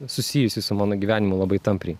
susijusi su mano gyvenimu labai tampriai